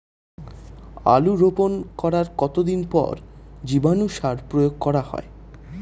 আলু রোপণ করার কতদিন পর জীবাণু সার প্রয়োগ করা হয়?